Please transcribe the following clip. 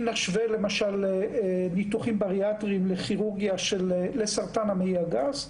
אם נשווה ניתוחים בריאטריים לסרטן המעי הגס: